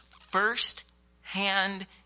first-hand